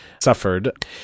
suffered